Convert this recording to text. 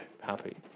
happy